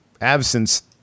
absence